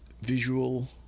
visual